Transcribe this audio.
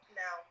no